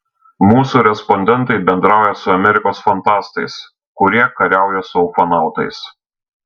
mūsų respondentai bendrauja su amerikos fantastais kurie kariauja su ufonautais